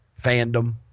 fandom